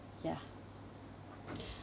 ya